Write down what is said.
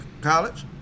college